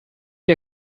der